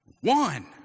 One